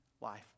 life